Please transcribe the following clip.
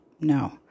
No